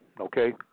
okay